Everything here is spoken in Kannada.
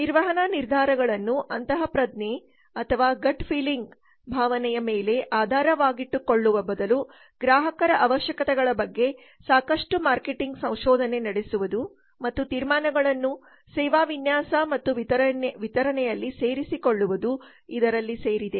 ನಿರ್ವಹಣಾ ನಿರ್ಧಾರಗಳನ್ನು ಅಂತಃಪ್ರಜ್ಞೆ ಅಥವಾ ಗಟ್ ಫೀಲಿಂಗ್ ಭಾವನೆಯ ಮೇಲೆ ಆಧಾರವಾಗಿಟ್ಟುಕೊಳ್ಳುವ ಬದಲು ಗ್ರಾಹಕರ ಅವಶ್ಯಕತೆಗಳ ಬಗ್ಗೆ ಸಾಕಷ್ಟು ಮಾರುಕಟ್ಟೆ ಸಂಶೋಧನೆ ನಡೆಸುವುದು ಮತ್ತು ತೀರ್ಮಾನಗಳನ್ನು ಸೇವಾ ವಿನ್ಯಾಸ ಮತ್ತು ವಿತರಣೆಯಲ್ಲಿ ಸೇರಿಸಿಕೊಳ್ಳುವುದು ಇದರಲ್ಲಿ ಸೇರಿದೆ